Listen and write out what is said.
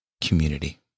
community